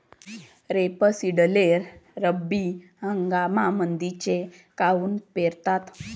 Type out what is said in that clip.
रेपसीडले रब्बी हंगामामंदीच काऊन पेरतात?